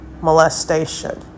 molestation